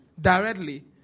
directly